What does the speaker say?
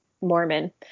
Mormon